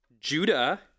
Judah